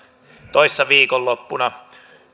toissa viikonloppuna